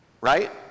right